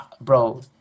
bro